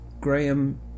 Graham